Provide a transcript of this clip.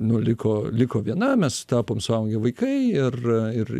nu liko liko viena mes tapom suaugę vaikai ir ir